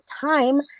time